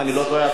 אם אני לא טועה,